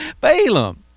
Balaam